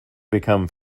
become